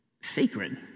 sacred